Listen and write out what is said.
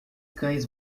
cães